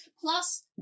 plus